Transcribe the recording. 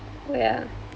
oh ya